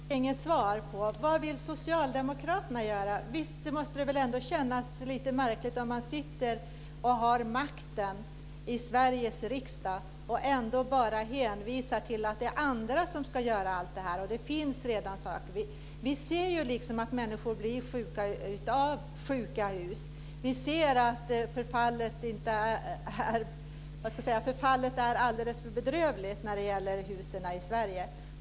Fru talman! Jag fick inget svar på min fråga vad socialdemokraterna vill göra. Det måste väl ändå kännas lite märkligt om man har makten i Sveriges riksdag att bara hänvisa till att det är andra som ska göra allting. Vi kan se att människor blir sjuka av sjuka hus. Vi ser att förfallet är alldeles för bedrövligt när det gäller husen i Sverige.